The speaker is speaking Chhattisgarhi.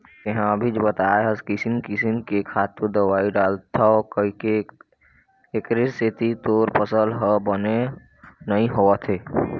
तेंहा अभीच बताए हस किसम किसम के खातू, दवई डालथव कहिके, एखरे सेती तोर फसल ह बने नइ होवत हे